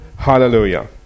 Hallelujah